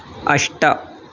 अष्ट